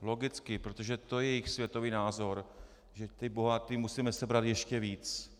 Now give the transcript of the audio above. Logicky, protože to je jejich světový názor, že těm bohatým musíme sebrat ještě víc.